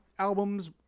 albums